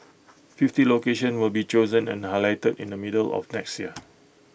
fifty locations will be chosen and highlighted in the middle of next year